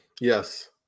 Yes